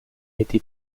été